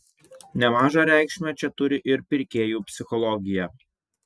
nemažą reikšmę čia turi ir pirkėjų psichologija